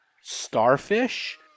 starfish